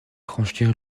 franchir